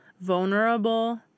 vulnerable